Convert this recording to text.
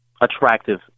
attractive